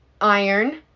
iron